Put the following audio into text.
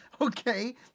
okay